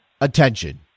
attention